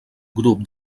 grup